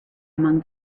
among